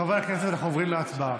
חברי הכנסת, אנחנו עוברים להצבעה.